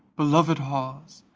beloved halls,